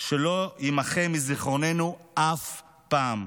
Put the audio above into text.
שלא יימחה מזיכרוננו אף פעם.